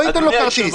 לא כרטיס.